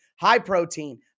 high-protein